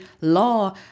law